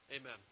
Amen